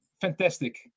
fantastic